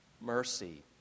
mercy